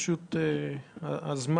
פשוט אין זמן.